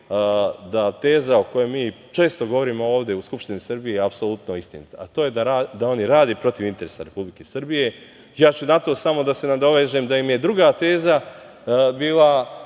da teza o kojoj mi često govorimo ovde u Skupštini Srbije je apsolutno istinita, a to je da oni rade protiv interesa Republike Srbije. Na to ću samo da se nadovežem, da im je druga teza bila